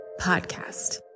Podcast